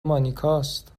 مانیکاست